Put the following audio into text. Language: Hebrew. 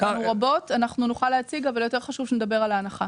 השקענו בזה רבות ונוכל להציג את זה אבל יותר חשוב שנדבר על ההנחה.